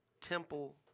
temple